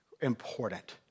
important